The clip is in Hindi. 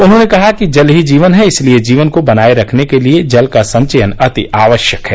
उन्होंने कहा कि जल ही जीवन है इसलिए जीवन को बनाये रखने के लिये जल का संचयन अति आवश्यक है